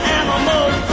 animals